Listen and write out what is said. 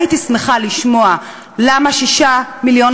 הייתי שמחה לשמוע למה יש 6 מיליון